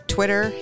Twitter